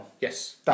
yes